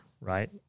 right